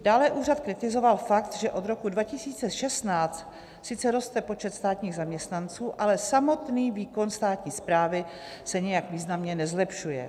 Dále úřad kritizoval fakt, že od roku 2016 sice roste počet státních zaměstnanců, ale samotný výkon státní správy se nijak významně nezlepšuje.